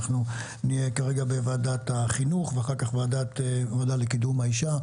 אנחנו נהיה בוועדת החינוך ואחר כך בוועדה לקידום מעמד האישה.